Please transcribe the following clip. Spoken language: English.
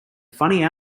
funny